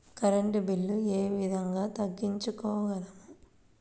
Current bill ఏ విధంగా తగ్గించుకోగలము?